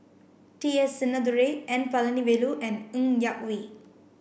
T S Sinnathuray N Palanivelu and Ng Yak Whee